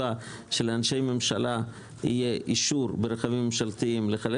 אין סיבה שלאנשי ממשלה יהיה אישור ברכבים ממשלתיים לחלל